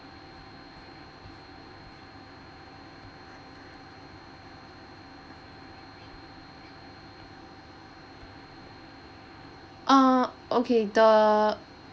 ah okay the